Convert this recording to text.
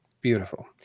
Beautiful